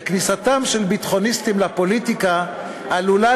וכניסתם של ביטחוניסטים לפוליטיקה עלולה